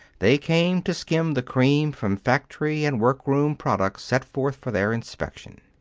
they came to skim the cream from factory and workroom products set forth for their inspection.